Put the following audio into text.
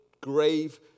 grave